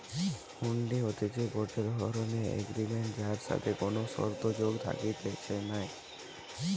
হুন্ডি হতিছে গটে ধরণের এগ্রিমেন্ট যার সাথে কোনো শর্ত যোগ থাকতিছে নাই